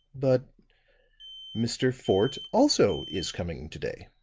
but mr. fort also is coming to-day.